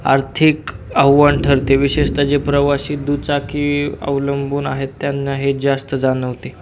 आर्थिक आव्हान ठरते विशेषता जे प्रवासी दुचाकी अवलंबून आहेत त्यांना हे जास्त जाणवते